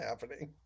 happening